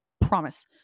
promise